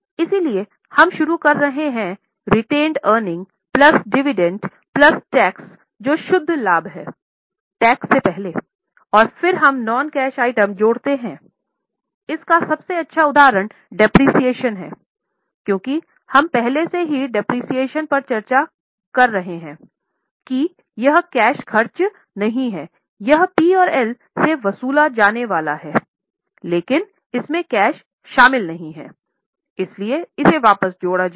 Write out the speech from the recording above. इसलिए हम शुरू कर रहे हैं रेटेनेड पर चर्चा करें हैं कि यह कैश खर्च नहीं है यह P और L से वसूला जाने वाला हैलेकिन इसमें कैश शामिल नहीं है इसलिये इसे वापस जोड़ा जाए